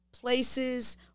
places